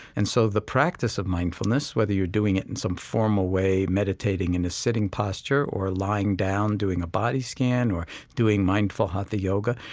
and so the practice of mindfulness, whether you're doing it in some formal way, meditating in a sitting posture or lying down doing a body scan or doing mindful hatha yoga,